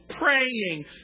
praying